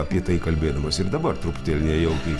apie tai kalbėdamas ir dabar truputėlį nejaukiai